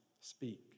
speak